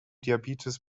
diabetes